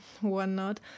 whatnot